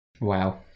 Wow